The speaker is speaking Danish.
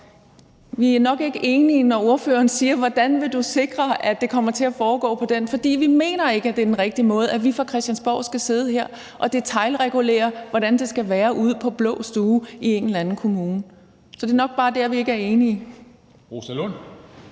vi er nok ikke enige, når ordføreren spørger, hvordan vi vil sikre, at det kommer til at foregå på den måde. For vi mener ikke, at det er den rigtige måde, at vi fra Christiansborg skal sidde her og detailregulere, hvordan det skal være ude på blå stue i en eller anden kommune. Så det er nok bare der, vi ikke er enige.